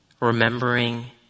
remembering